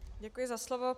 Děkuji za slovo.